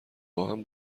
باهم